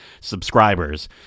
subscribers